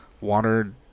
water